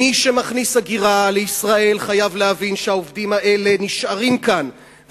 מי שמכניס הגירה לישראל חייב להבין שהעובדים האלה נשארים כאן,